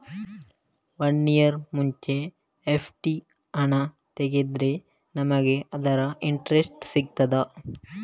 One year ಮುಂಚೆ FD ಹಣ ತೆಗೆದ್ರೆ ನಮಗೆ ಅದರ ಇಂಟ್ರೆಸ್ಟ್ ಸಿಗ್ತದ?